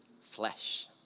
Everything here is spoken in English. Flesh